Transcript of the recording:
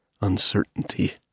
Uncertainty